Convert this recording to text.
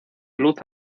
luz